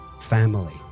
family